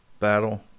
battle